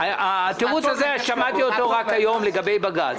התירוץ הזה, שמעתי אותו רק היום, לגבי בג"ץ.